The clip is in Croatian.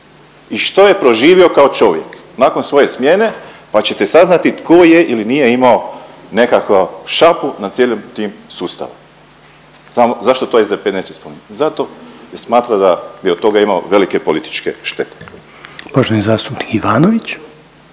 i što je proživio kao čovjek nakon svoje smjene pa ćete saznati tko je ili nije imao nekakvu šapu na cijelim tim sustavom. Zašto to SDP neće spominjati? Zato jer smatra da bi od toga imao velike političke štete. **Reiner, Željko